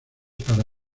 para